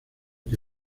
que